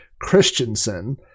Christensen